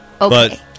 Okay